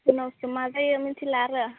उनावसो मा जायो मिथिला आरो